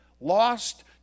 lost